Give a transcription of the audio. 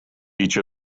each